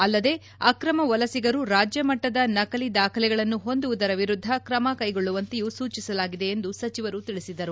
ಅಲ್ಲದೆ ಅಕ್ರಮ ವಲಸಿಗರು ರಾಜ್ಯ ಮಟ್ಟದ ನಕಲಿ ದಾಖಲೆಗಳನ್ನು ಹೊಂದುವುದರ ವಿರುದ್ದ ಕ್ರಮ ಕೈಗೊಳ್ಳುವಂತೆಯೂ ಸೂಚಿಸಲಾಗಿದೆ ಎಂದು ಸಚಿವರು ತಿಳಿಸಿದ್ದಾರೆ